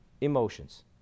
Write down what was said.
emotions